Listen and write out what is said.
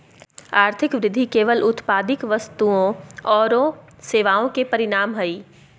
आर्थिक वृद्धि केवल उत्पादित वस्तुओं औरो सेवाओं के परिमाण हइ